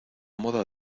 moda